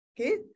Okay